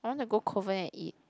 I want to go Kovan and eat